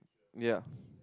ya